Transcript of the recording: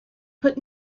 put